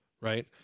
right